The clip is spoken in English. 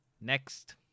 Next